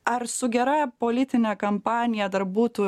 ar su gera politine kampanija dar būtų